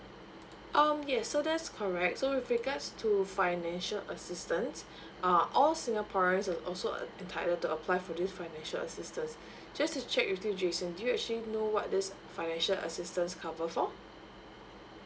um yes so that's correct so with regards to financial assistance uh all singaporeans would also uh entitled to apply for this financial assistance just to check with you jason do you actually know what this financial assistance covered for